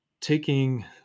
taking